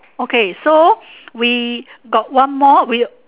okay so we got one more we'll